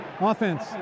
Offense